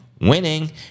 Winning